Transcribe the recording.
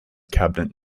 cabinet